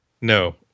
no